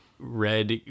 Red